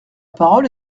parole